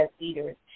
leaders